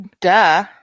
Duh